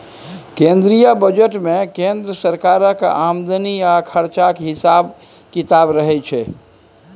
केंद्रीय बजट मे केंद्र सरकारक आमदनी आ खरचाक हिसाब किताब रहय छै